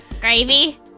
Gravy